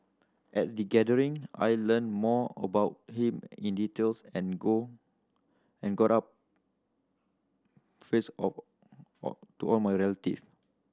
at the gathering I learnt more about him in details and go and got up face of all to my relative